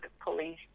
police